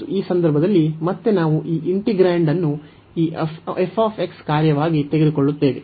ಮತ್ತು ಈ ಸಂದರ್ಭದಲ್ಲಿ ಮತ್ತೆ ನಾವು ಈ ಇಂಟಿಗ್ರೇಂಡ್ ಅನ್ನು ಈ f ಕಾರ್ಯವಾಗಿ ತೆಗೆದುಕೊಳ್ಳುತ್ತೇವೆ